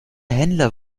händler